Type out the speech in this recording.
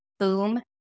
Boom